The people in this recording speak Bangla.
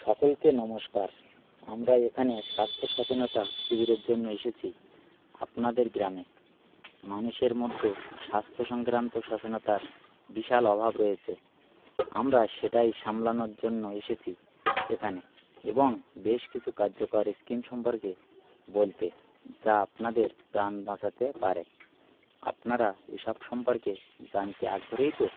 সকলকে নমস্কার আমরা এখানে স্বাস্থ্য সচেতনতা শিবিরের জন্য এসেছি আপনাদের গ্রামে মানুষের মধ্যে স্বাস্থ্য সংক্রান্ত সচেনতার বিশাল অভাব রয়েছে আমরা সেটাই সামলানোর জন্য এসেছি এখানে এবং বেশ কিছু কার্যকর স্কিম সম্পর্কে বলতে যা আপনাদের প্রাণ বাঁচাতে পারে আপনারা এসব সম্পর্কে জানতে আগ্রহী তো